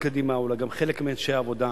עליה כל חברי קדימה, אולי גם חלק מאנשי העבודה.